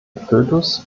fötus